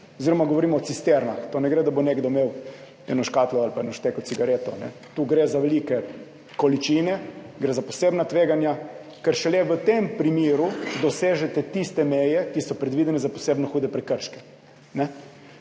oziroma govorimo o cisternah. Tu ne gre za to, da bo imel nekdo eno škatlo ali pa eno šteko cigaret. Tu gre za velike količine, gre za posebna tveganja, ker šele v tem primeru dosežete tiste meje, ki so predvidene za posebno hude prekrške.